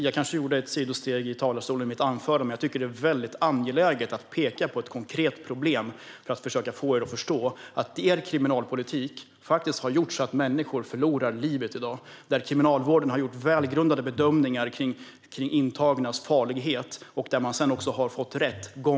Jag kanske gjorde ett sidosteg i talarstolen i mitt anförande, men jag tycker att det är väldigt angeläget att peka på ett konkret problem för att försöka få er att förstå att er kriminalpolitik faktiskt har gjort att människor förlorar livet. Kriminalvården har gjort välgrundade bedömningar av intagnas farlighet, och sedan har man fått rätt.